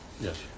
Yes